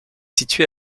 situé